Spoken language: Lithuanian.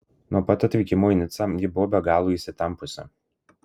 nuo pat atvykimo į nicą ji buvo be galo įsitempusi